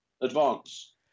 advance